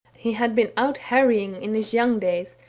he had been out harrying in his young days,